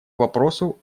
вопросу